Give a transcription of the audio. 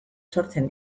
sortzen